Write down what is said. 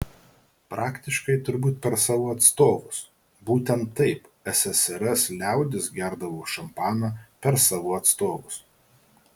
praktiškai turbūt per savo atstovus būtent taip ssrs liaudis gerdavo šampaną per savo atstovus